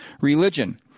religion